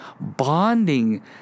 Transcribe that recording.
bonding